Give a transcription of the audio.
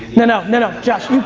no no, no no, josh,